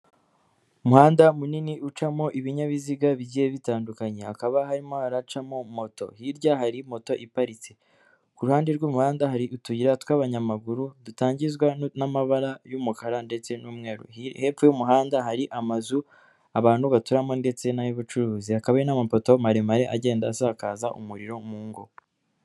Umuhanda munini ucamo ibinyabiziga bigiye bitandukanye hakaba harimo haracamo moto hirya hari moto iparitse, ku ruhande rw'umuhanda hari utuyira tw'abanyamaguru dutangizwa n'amabara y'umukara ndetse n'umweru, hepfo y'umuhanda hari amazu abantu baturamo ndetse n'ay'ubucuruzi, hakaba hari n'amapoto maremare agenda asakaza umuriro mu ngo.